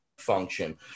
function